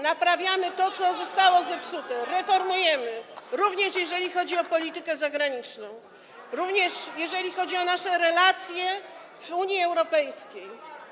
Naprawiamy to, co zostało zepsute, reformujemy, również jeżeli chodzi o politykę zagraniczną, również jeżeli chodzi o nasze relacje w Unii Europejskiej.